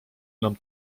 enam